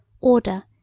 order